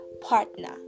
partner